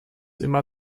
immer